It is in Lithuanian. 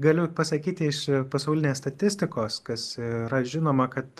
galiu pasakyti iš pasaulinės statistikos kas yra žinoma kad